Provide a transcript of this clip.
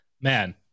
Man